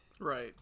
Right